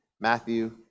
Matthew